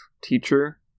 teacher